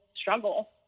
struggle